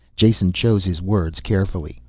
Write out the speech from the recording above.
jason chose his words carefully.